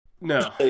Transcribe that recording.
No